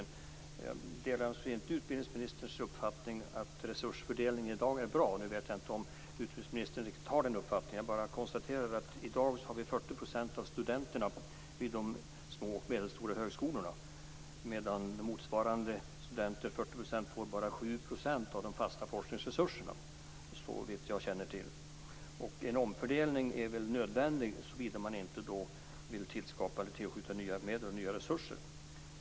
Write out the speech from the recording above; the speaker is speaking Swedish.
Jag delar alltså inte utbildningsministerns uppfattning att resursfördelningen i dag är bra. Nu vet jag inte om utbildningsministern riktigt har den uppfattningen. Jag konstaterar bara att i dag har vi 40 % av studenterna vid de små och medelstora högskolorna, medan dessa 40 % bara får 7 % av de fasta forskningsresurserna, såvitt jag känner till. En omfördelning är väl nödvändig såvida man inte vill tillskjuta nya medel och nya resurser.